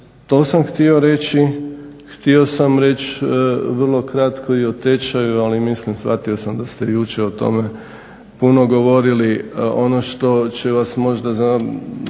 to sam htio reći, htio sam reći vrlo kratko i o tečaju ali mislim, shvatio sam da ste jučer o tome puno govorili. Ono što će vas možda